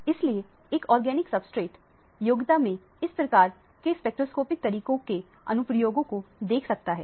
इसलिए एक organic substance योग्यता में इस प्रकार के स्पेक्ट्रोस्कोपिक तरीकों के अनुप्रयोगों को देख सकता है